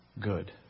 good